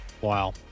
Wow